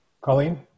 Colleen